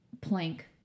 plank